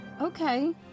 okay